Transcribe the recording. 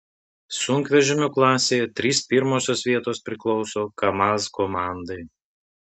sunkvežimių klasėje trys pirmosios vietos priklauso kamaz komandai